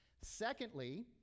Secondly